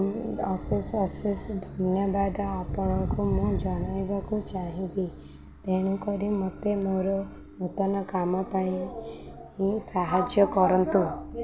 ଅଶେଷ ଅଶେଷ ଧନ୍ୟବାଦ ଆପଣଙ୍କୁ ମୁଁ ଜଣାଇବାକୁ ଚାହିଁବି ତେଣୁକରି ମୋତେ ମୋର ନୂତନ କାମ ପାଇଁ ସାହାଯ୍ୟ କରନ୍ତୁ